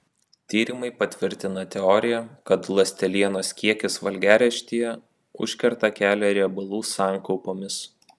tyrimai patvirtina teoriją kad ląstelienos kiekis valgiaraštyje užkerta kelią riebalų sankaupoms